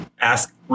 ask